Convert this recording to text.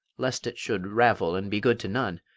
lest it should ravel and be good to none,